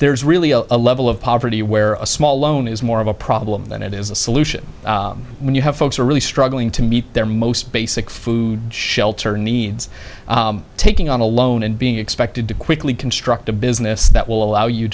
there's really a level of poverty where a small loan is more of a problem than it is a solution when you have folks are really struggling to meet their most basic food shelter needs taking on a loan and being expected to quickly construct a business that will allow you